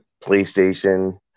playstation